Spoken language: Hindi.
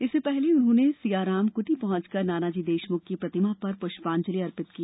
इससे पहले उन्होंने सियाराम कुटीर पहुंचकर नानाजी देशमुख की प्रतिमा पर पुष्पांजलि अर्पित की